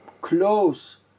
close